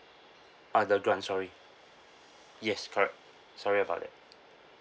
uh the grant sorry yes correct sorry about that